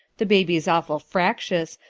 the baby's awful fractious,